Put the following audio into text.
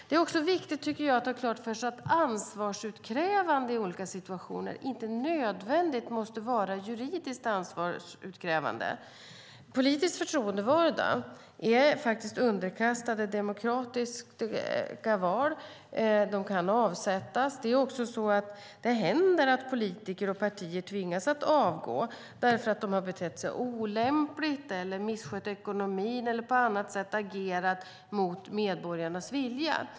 Det är också viktigt, tycker jag, att ha klart för sig att ansvarsutkrävande i olika situationer inte nödvändigtvis måste vara juridiskt ansvarsutkrävande. Politiskt förtroendevalda är faktiskt underkastade demokratiska val och kan avsättas. Det händer också att politiker och partier tvingas avgå därför att de har betett sig olämpligt, misskött ekonomin eller på annat sätt agerat mot medborgarnas vilja.